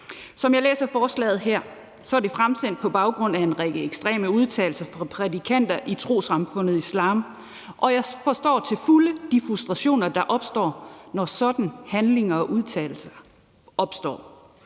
Som jeg læser forslaget her, er det fremsat på baggrund af en række ekstreme udtalelser fra prædikanter inden for trossamfundet islam, og jeg forstår til fulde de frustrationer, der opstår over sådanne handlinger og udtalelser. Det står